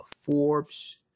Forbes